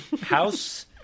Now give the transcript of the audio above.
house